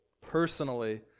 personally